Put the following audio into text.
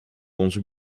onze